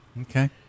Okay